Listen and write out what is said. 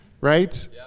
right